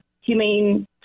humane